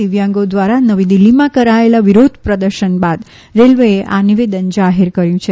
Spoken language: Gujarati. દિવ્યાંગો ધ્વારા નવી દિલ્હીમાં કરાયેલા વિરોધ પ્રદર્શન બાદ રેલવેએ આ નિવેદન જાહેર કર્યુ છે